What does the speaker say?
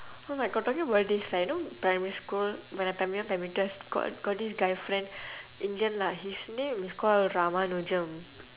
oh my god talking about this right you know primary school when I primary one primary two I've got got this guy friend indian lah his name is called ramanjem